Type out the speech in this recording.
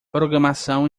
programação